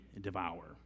devour